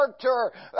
character